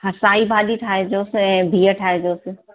हा साई भाॼी ठाइजोस ऐं ॿीहु ठाइजोस